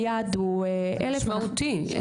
היעד הוא 1,000. משמעותי.